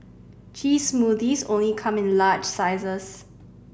cheese smoothies only come in large sizes